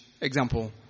Example